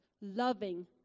loving